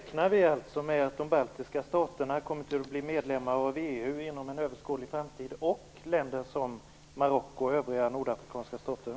Fru talman! Då räknar ni alltså med att Marocko och övriga nordafrikanska stater likaväl som de baltiska staterna kommer att bli medlemmar av EU inom en överskådlig framtid?